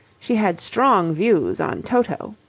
she had strong views on toto.